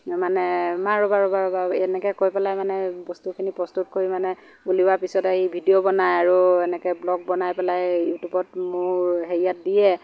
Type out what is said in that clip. মানে মা ৰ'বা ৰ'বা ৰ'বা এনেকৈ কৈ পেলাই মানে বস্তুখিনি প্ৰস্তুত কৰি মানে উলিওৱাৰ পিছতে ই ভিডিঅ' বনায় আৰু এনেকৈ ব্লগ বনাই পেলাই ইউটিউবত মোৰ হেৰিয়াত দিয়ে